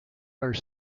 are